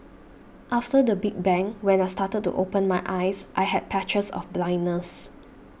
after the big bang when I started to open my eyes I had patches of blindness